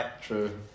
True